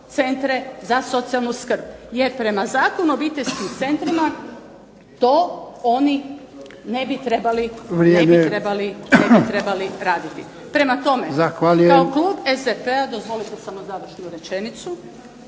za socijalnu skrb. Jer prema Zakonu o obiteljskim centrima to oni ne bi trebali raditi. Prema tome, kao Klub SDP-a, dozvolite samo završnu rečenicu,